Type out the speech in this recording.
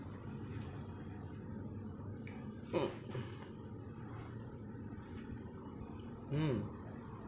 mm mm